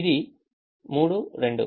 ఇది 3 2